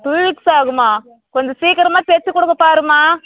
two weeks ஆகுமா கொஞ்சம் சீக்கிரமாக தைச்சு கொடுக்க பாரும்மா